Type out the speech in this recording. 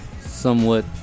somewhat